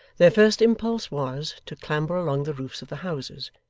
their first impulse was, to clamber along the roofs of the houses,